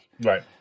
Right